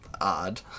odd